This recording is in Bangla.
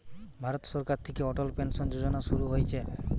ভারত সরকার থিকে অটল পেনসন যোজনা শুরু হইছে